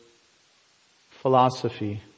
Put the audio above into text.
philosophy